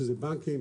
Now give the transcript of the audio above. שזה בנקים,